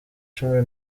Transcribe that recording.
cumi